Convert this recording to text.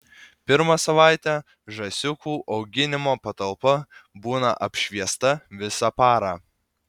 pirmą savaitę žąsiukų auginimo patalpa būna apšviesta visą parą